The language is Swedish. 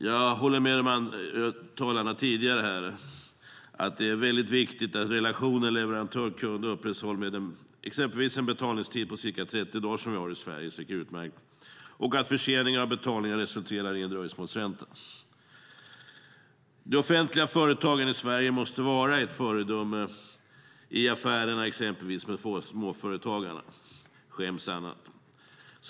Jag håller med de tidigare talarna om att det är viktigt att relationen leverantör-kund upprätthålls med en betalningstid på ca 30 dagar, som vi har i Sverige och som är utmärkt, och att försening av betalningar resulterar i en dröjsmålsränta. De offentliga företagen i Sverige måste vara ett föredöme i affärerna exempelvis med småföretagarna.